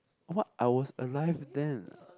what I was alive then